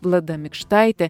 vlada mikštaitė